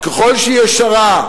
ככל שהיא ישרה,